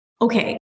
okay